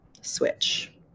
switch